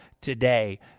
today